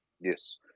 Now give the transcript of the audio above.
Yes